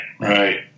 Right